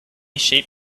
sheep